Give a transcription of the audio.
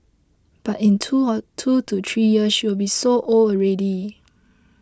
but in two or two to three years she will be so old already